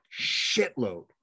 shitload